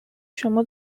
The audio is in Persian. شما